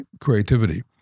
creativity